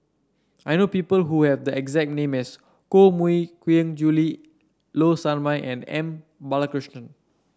I know people who have the exact name as Koh Mui Hiang Julie Low Sanmay and M Balakrishnan